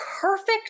perfect